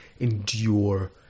endure